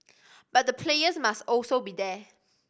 but the players must also be there